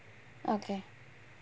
okay